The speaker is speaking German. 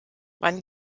wann